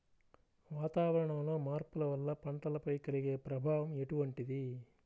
వాతావరణంలో మార్పుల వల్ల పంటలపై కలిగే ప్రభావం ఎటువంటిది?